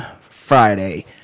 Friday